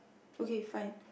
okay fine